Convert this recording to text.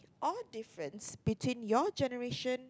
or difference between your generation